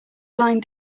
lined